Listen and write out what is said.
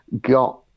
got